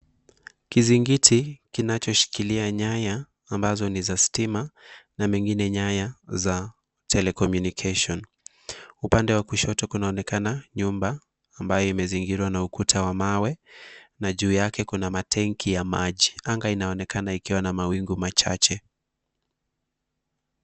Kizingiti kinachoshikilia nyaya ambazo ni za stima na mengine nyaya za telecommunication .Upande wa kushoto kunaonekana nyumba ambayo imezingirwa na ukuta wa mawe na juu yake kuna matenki ya maji. Anga inaonekana ikiwa na mawingu machache.